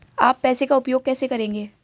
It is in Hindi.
आप पैसे का उपयोग कैसे करेंगे?